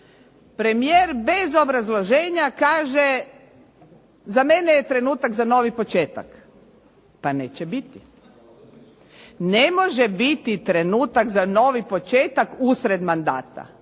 premijer bez obrazloženja kaže za mene je trenutak za novi početak. Pa neće biti. Ne može biti trenutak za novi početak usred mandata.